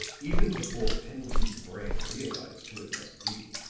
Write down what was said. even before pendleton's brain realized who it must be,